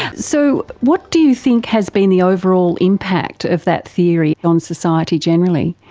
so what do you think has been the overall impact of that theory on society generally?